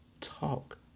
talk